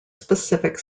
specific